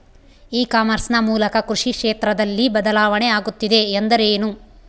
E commerce ನ ಮೂಲಕ ಕೃಷಿ ಕ್ಷೇತ್ರದಲ್ಲಿ ಬದಲಾವಣೆ ಆಗುತ್ತಿದೆ ಎಂದರೆ ಏನು?